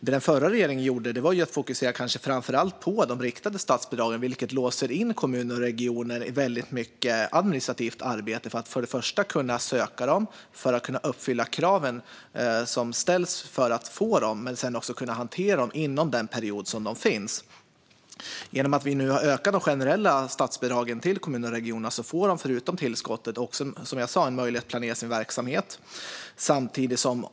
Det den förra regeringen gjorde var kanske framför allt att fokusera på de riktade statsbidragen, som låser in kommuner och regioner i väldigt mycket administrativt arbete med att söka dem, uppfylla kraven som ställs för att få dem och sedan hantera dem inom den period de finns. Genom att vi nu har ökat de generella statsbidragen till kommunerna och regionerna får de, förutom tillskottet, också som sagt möjlighet att planera sin verksamhet.